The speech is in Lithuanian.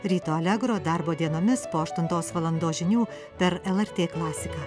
ryto allegro darbo dienomis po aštuntos valandos žinių per lrt klasiką